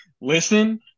listen